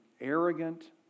arrogant